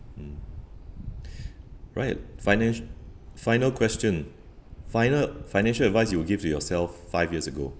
mm right financial final question final financial advice you will give to yourself five years ago